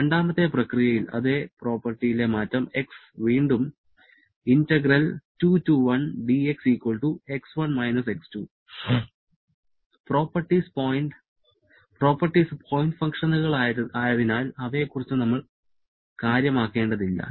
രണ്ടാമത്തെ പ്രക്രിയയിൽ അതെ പ്രോപ്പർട്ടിയിലെ മാറ്റം X വീണ്ടും പ്രോപ്പർട്ടീസ് പോയിന്റ് ഫംഗ്ഷനുകളായതിനാൽ അവയെക്കുറിച്ച് നമ്മൾ കാര്യമാക്കേണ്ടതില്ല